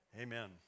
Amen